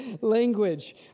language